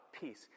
peace